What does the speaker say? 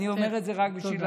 אני אומר את זה רק בשביל,